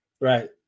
Right